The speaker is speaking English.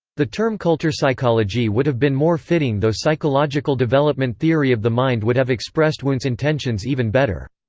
the term kulturpsychologie would have been more fitting though psychological development theory of the mind would have expressed wundt's intentions even better.